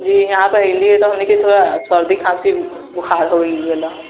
जी यहाँ पर एलियै तऽ एके थोड़ा सर्दी खांसी बोखार हो गेलै बा